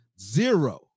Zero